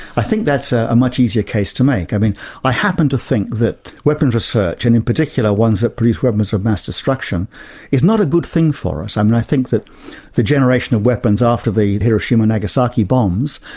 i think that's ah a much easier case to make. i mean i happen to think that weapons research, and in particular ones that produce weapons of mass destruction is not a good thing for us. i mean i think that the generation of weapons after the hiroshima-nagasaki bombs,